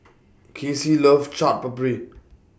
Kaycee loves Chaat Papri